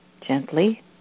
gently